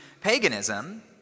paganism